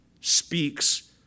speaks